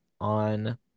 on